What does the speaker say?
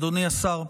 אדוני השר,